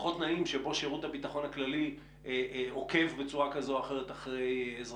הפחות נעים שבו שירות הביטחון הכללי עוקב בצורה כזו או אחרת אחר אזרחים.